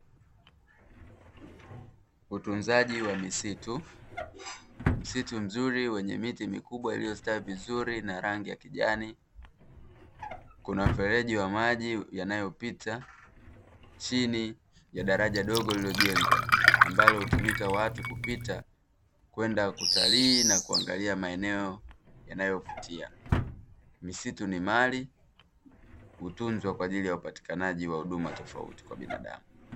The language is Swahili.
Utunzaji wa misitu, msitu mzuri wenye miti mikubwa iliyostawi vizuri na rangi ya kijani kuna mfereji wa maji yanayopita chini ya daraja dogo lililojengwa ambalo hutumika watu kupita kwenda kutalii na kuangalia maeneo yanayovutia. Misitu ni mali hutunzwa kwa ajili ya upatikanaji wa huduma tofauti kwa binadamu.